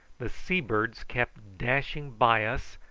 the sea-birds kept dashing by us,